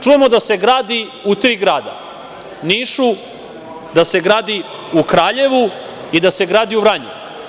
Čujemo da se gradi u tri grada, u Nišu, da se gradi u Kraljevu i da se gradi u Vranju.